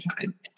time